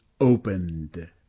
opened